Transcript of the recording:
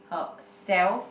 herself